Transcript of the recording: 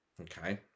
Okay